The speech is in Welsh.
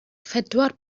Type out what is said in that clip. phedwar